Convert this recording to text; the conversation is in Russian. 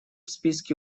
списке